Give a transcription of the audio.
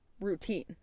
routine